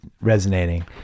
resonating